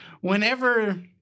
whenever